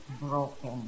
broken